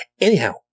anyhow